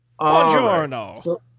Buongiorno